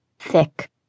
Thick